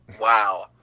wow